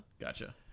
gotcha